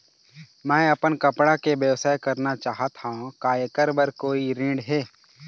मैं अपन कपड़ा के व्यवसाय करना चाहत हावे का ऐकर बर कोई ऋण हे?